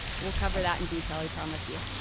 we'll cover that in detail, i promise you.